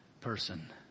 person